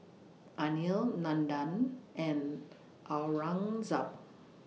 Anil Nandan and Aurangzeb